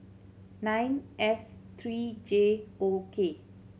nine S three J O K